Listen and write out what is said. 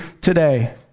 today